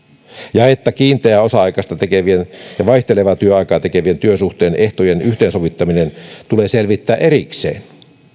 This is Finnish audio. ja että kiinteää osa aikaista tekevien ja vaihtelevaa työaikaa tekevien työsuhteen ehtojen yhteensovittaminen tulee selvittää erikseen